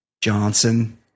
Johnson